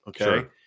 Okay